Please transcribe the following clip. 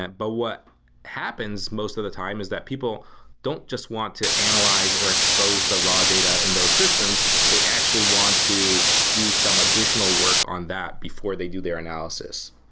but what happens most of the time is that people don't just want to analyze or expose the raw data in those systems. they actually want to do some additional work on that before they do their analysis.